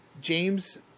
James